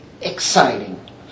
exciting